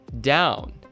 down